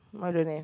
why don't have